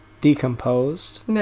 decomposed